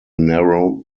narrow